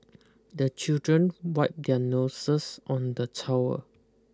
the children wipe their noses on the towel